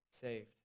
saved